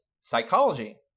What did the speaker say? psychology